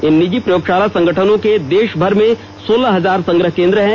इन निजी प्रयोगशाला संगठनों के देश भर में सोलह हजार संग्रह केन्द्र हैं